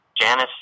Janice